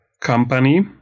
company